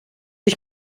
ich